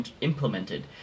implemented